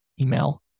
email